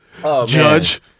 judge